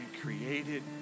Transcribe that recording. created